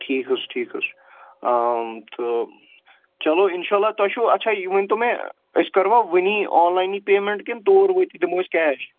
ٹھیٖک حظ چھُ ٹھیٖک حظ چھُ تہٕ چلو اِنشاء اللہ تۄہہِ چھُو اچھا یہِ ؤنۍتو مےٚ أسۍ کَروا وٕنی آن لاینٕے پیمٮ۪نٛٹ کِنہٕ تور وٲتِتھ دِمو أسۍ کیش